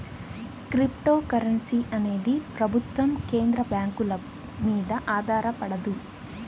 cryptocurrency అనేది ప్రభుత్వం కేంద్ర బ్యాంకుల మీద ఆధారపడదు